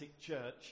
church